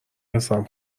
رسم